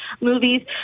movies